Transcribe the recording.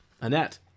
Annette